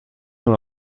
dans